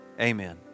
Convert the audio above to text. Amen